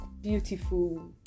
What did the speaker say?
beautiful